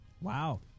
Wow